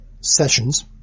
sessions